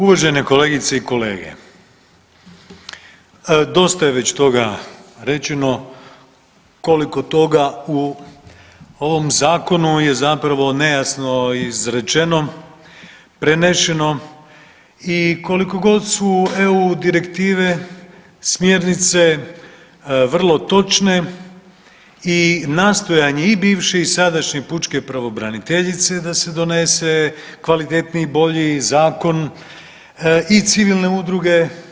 Uvažene kolegice i kolege, dosta je već toga rečeno koliko toga u ovom zakonu je zapravo nejasno izrečeno, prenešeno i koliko god su EU direktive smjernice vrlo točne i nastojanje i bivše i sadašnje pučke pravobraniteljice da se donese kvalitetniji i bolji zakon i civilne udruge.